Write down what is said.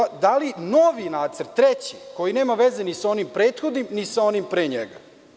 Onda ste dali novi nacrt, treći, koji nema veze ni sa onim prethodnim, ni sa onim pre njega.